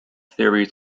theories